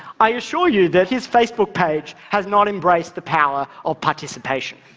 i assure you that his facebook page has not embraced the power of participation.